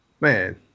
man